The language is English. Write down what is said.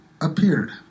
appeared